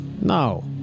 No